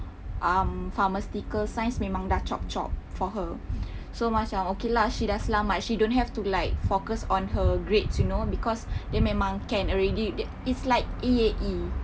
um pharmaceutical science memang sudah chop chop for her so mac~ macam okay lah she sudah selamat she don't have to like focus on her grades you know because dia memang can already it's like E_A_E